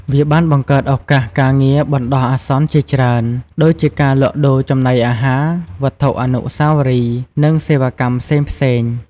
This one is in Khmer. វាបានបង្កើតឱកាសការងារបណ្ដោះអាសន្នជាច្រើន ដូចជាការលក់ដូរចំណីអាហារ វត្ថុអនុស្សាវរីយ៍ និងសេវាកម្មផ្សេងៗ។